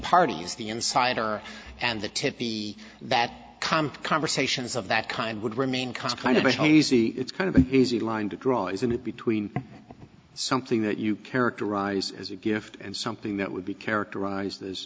parties the insider and the tip the that comp conversations of that kind would remain calm kind of been easy it's kind of an easy line to draw isn't it between something that you characterize as a gift and something that would be characterized as